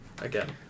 again